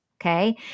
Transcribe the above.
okay